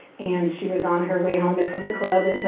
and she was on her way home from the club,